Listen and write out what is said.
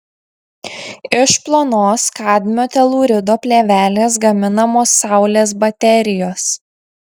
iš plonos kadmio telūrido plėvelės gaminamos saulės baterijos